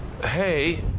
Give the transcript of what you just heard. hey